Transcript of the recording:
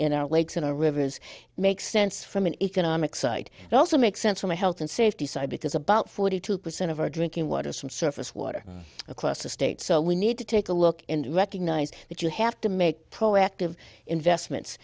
in our lakes and rivers makes sense from an economic side and also makes sense from a health and safety side because about forty two percent of our drinking water some surface water across the state so we need to take a look and recognize that you have to make proactive investments